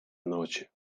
ночі